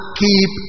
keep